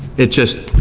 it's just,